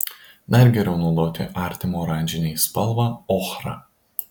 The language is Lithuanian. dar geriau naudoti artimą oranžinei spalvą ochrą